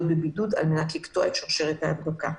בבידוד על מנת לקטוע את שרשרת ההדבקה.